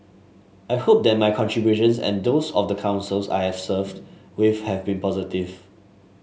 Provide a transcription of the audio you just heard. I hope that my contributions and those of the Councils I have served with have been positive